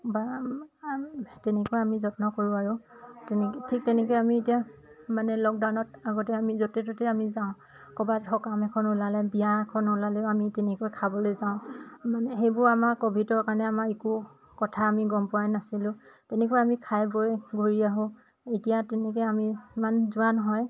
বা তেনেকুৱা আমি যত্ন কৰোঁ আৰু তেনেকৈ ঠিক তেনেকৈ আমি এতিয়া মানে লকডাউনত আগতে আমি য'তে ত'তে আমি যাওঁ ক'ৰবাত সকাম এখন ওলালে বিয়া এখন ওলালেও আমি তেনেকৈ খাবলৈ যাওঁ মানে সেইবোৰ আমাৰ ক'ভিডৰ কাৰণে আমাৰ একো কথা আমি গম পোৱাই নাছিলোঁ তেনেকৈ আমি খাই বৈ ঘূৰি আহোঁ এতিয়া তেনেকৈ আমি ইমান যোৱা নহয়